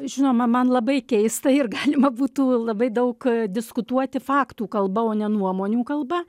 žinoma man labai keista ir galima būtų labai daug diskutuoti faktų kalba o ne nuomonių kalba